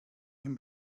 him